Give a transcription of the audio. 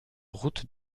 route